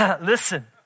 Listen